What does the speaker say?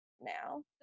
now